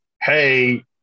hey